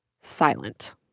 silent